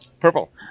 Purple